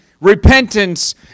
repentance